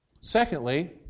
Secondly